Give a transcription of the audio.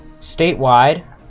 statewide